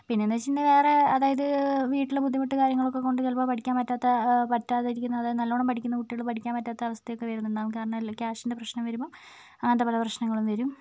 പിന്നേന്നു വെച്ചിട്ടുണ്ടെങ്കിൽ വേറെ അതായത് വീട്ടിലെ ബുദ്ധിമുട്ട് കാര്യങ്ങളൊക്കെ കൊണ്ട് പഠിക്കാൻ പറ്റാത്ത പറ്റാതിരിക്കുന്ന അതായത് നല്ലോണം പഠിക്കുന്ന കുട്ടികൾ പഠിക്കാൻ പറ്റാത്ത അവസ്ഥയൊക്കെ വരുന്നുണ്ടാവും കാരണം കാഷിൻ്റെ പ്രശ്നം വരുമ്പം അങ്ങനത്തെ പല പ്രശ്നങ്ങളും വരും